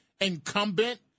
incumbent